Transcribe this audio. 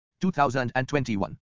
2021